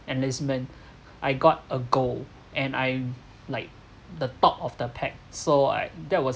enlistment I got a gold and I like the top of the pack so I that was